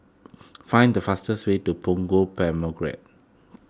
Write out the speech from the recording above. find the fastest way to Punggol